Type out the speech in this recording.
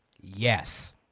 Yes